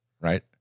Right